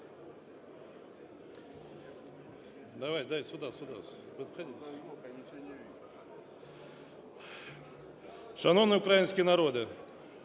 Шановний український народе!